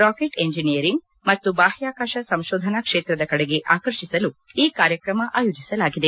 ರಾಕೆಚ್ engineering ಮತ್ತು ಬಾಹ್ವಾಕಾಶ ಸಂಶೋಧನಾ ಕ್ಷೇತ್ರದ ಕಡೆಗೆ ಆಕರ್ಷಿಸಲು ಮಾಡಲು ಈ ಕಾರ್ಯಕ್ರಮ ಆಯೋಜಿಸಲಾಗಿದೆ